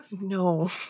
No